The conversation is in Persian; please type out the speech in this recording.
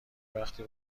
وقتی